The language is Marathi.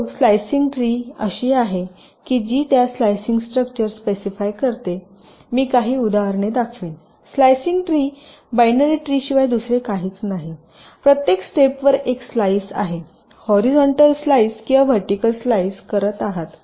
तर तो स्लाइसिंग ट्री ही अशी आहे की जी त्या स्लाइसिंग स्ट्रक्चर स्पेसिफाय करते मी काही उदाहरणे दाखवीन स्लाइसिंग ट्री बायनरी ट्री शिवाय दुसरे काहीच नाही प्रत्येक स्टेपवर एक स्लाइस आहे हॉरीझॉन्टल स्लाइस किंवा व्हर्टिकल स्लाइस करत आहात